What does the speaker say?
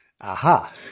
Aha